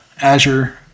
Azure